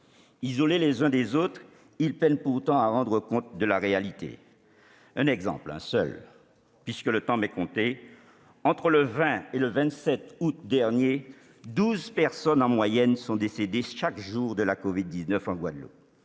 Isolés les uns des autres, ils peinent pourtant à rendre compte de la réalité. Pour ne fournir qu'un seul exemple, puisque le temps m'est compté : entre le 20 et le 27 août dernier, douze personnes en moyenne sont décédées chaque jour de la covid-19 en Guadeloupe.